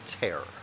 terror